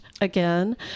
again